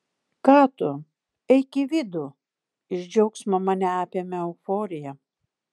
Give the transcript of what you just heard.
ką tu eik į vidų iš džiaugsmo mane apėmė euforija